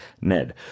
NED